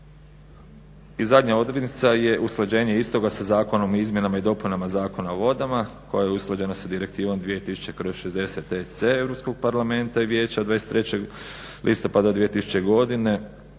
I zadnja odrednica je usklađenje istoga sa Zakonom o izmjenama i dopunama Zakona o vodama koja je usklađena sa Direktivnom 2000/60. EC Europskog parlamenta i Vijeća od 23. listopada 2000. godine